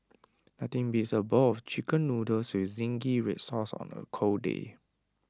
nothing beats A bowl of Chicken Noodles with Zingy Red Sauce on A cold day